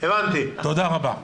תודה רבה.